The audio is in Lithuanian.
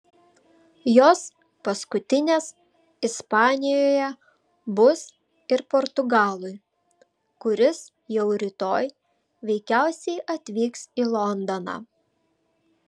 jos paskutinės ispanijoje bus ir portugalui kuris jau rytoj veikiausiai atvyks į londoną